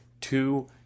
two